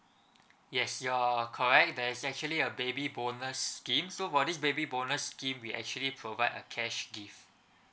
yes you are correct there's actually a baby bonus scheme so for this baby bonus scheme we actually provide a cash gift